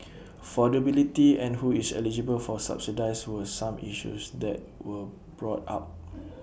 affordability and who is eligible for subsidies were some issues that were brought up